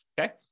okay